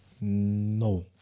No